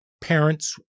parents